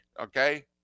Okay